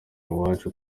iwacu